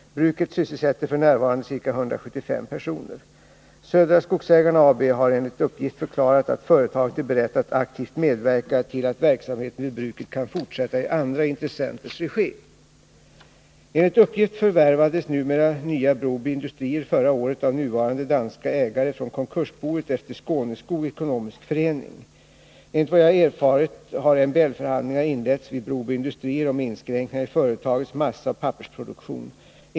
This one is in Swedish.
Bruket sysselsätter f. n. ca 175 personer. Södra Skogsägarna AB har enligt uppgift förklarat att företaget är berett att aktivt medverka till att verksamheten vid bruket kan fortsätta i andra intressenters regi. Enligt vad jag erfarit har MBL-förhandlingar inletts vid Broby industrier om inskränkningar i företagets massaoch pappersproduktion.